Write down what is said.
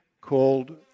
called